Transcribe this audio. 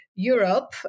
Europe